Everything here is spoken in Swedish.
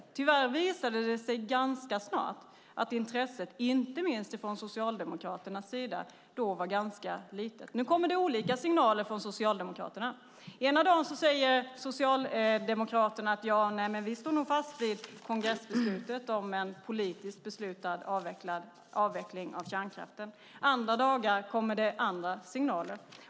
Men tyvärr visade det sig ganska snart att intresset från inte minst Socialdemokraternas sida då var ganska litet. Nu kommer det olika signaler från Socialdemokraterna. Ena dagen säger Socialdemokraterna: Vi står nog fast vid kongressbeslutet om en politiskt beslutad avveckling av kärnkraften. Andra dagar kommer det andra signaler.